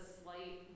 slight